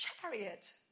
chariot